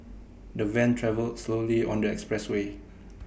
the van travelled slowly on the expressway